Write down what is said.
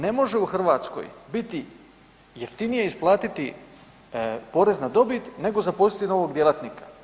Ne može u Hrvatskoj biti jeftinije isplatiti porez na dobit nego zaposliti novog djelatnika.